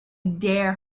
dare